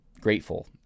grateful